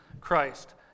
Christ